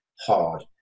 hard